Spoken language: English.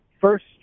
First